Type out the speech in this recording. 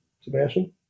Sebastian